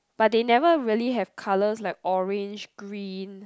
but they never really have colours like orange green